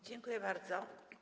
Dziękuję bardzo.